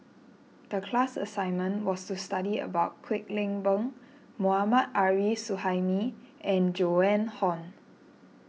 the class assignment was to study about Kwek Leng Beng Mohammad Arif Suhaimi and Joan Hon